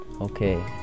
Okay